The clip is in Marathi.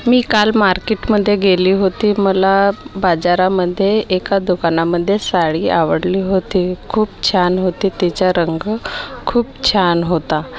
मी काल मार्केटमध्ये गेले होते मला बाजारामध्ये एका दुकानामध्ये साडी आवडली होती खूप छान होती तिचा रंग खूप छान होता